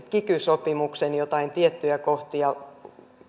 kiky sopimuksen tiettyjä kohtia